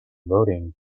voting